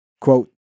quote